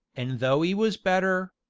an' though e was better,